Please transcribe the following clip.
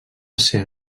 ser